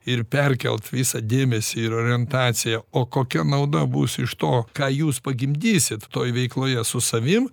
ir perkelt visą dėmesį ir orientaciją o kokia nauda bus iš to ką jūs pagimdysit toj veikloje su savim